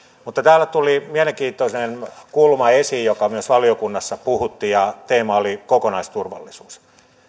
mutta täällä tuli mielenkiintoinen kulma esiin joka myös valiokunnassa puhutti ja teema oli kokonaisturvallisuus